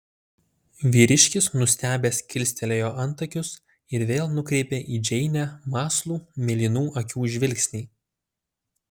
vyriškis nustebęs kilstelėjo antakius ir vėl nukreipė į džeinę mąslų mėlynų akių žvilgsnį